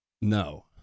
No